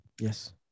Yes